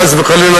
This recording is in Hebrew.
חס וחלילה,